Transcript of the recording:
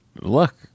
Look